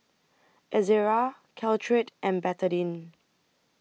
Ezerra Caltrate and Betadine